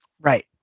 Right